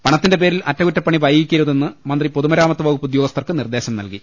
പണത്തിന്റെ പേരിൽ അറ്റകുറ്റപണി വൈകിക്കരുതെന്ന് മന്ത്രി പൊതുമരാമത്ത് വകുപ്പ് ഉദ്യോഗസ്ഥർക്ക് നിർദ്ദേശം നൽകി